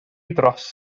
dros